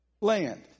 Land